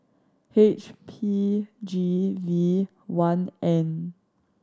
H P G V one N